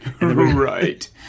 right